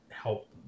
Help